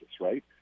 right